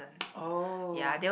oh